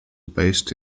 based